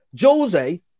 Jose